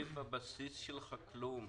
בבסיס שלך הם לא מקבלים כלום.